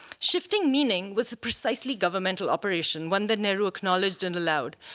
shifting meaning was precisely governmental operation, one that nehru acknowledged and allowed.